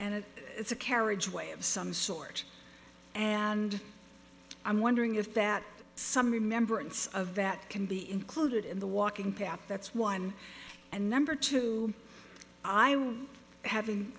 and it's a carriageway of some sort and i'm wondering if that some remembrance of that can be included in the walking path that's one and number two i